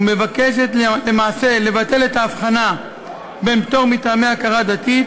ומבקש למעשה לבטל את ההבחנה בין פטור מטעמי הכרה דתית